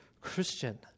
Christian